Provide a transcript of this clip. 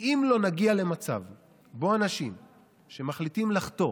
אם לא, נגיע למצב שבו אנשים שמחליטים לחטוא